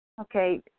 Okay